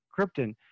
Krypton